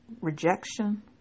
rejection